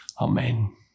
Amen